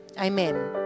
Amen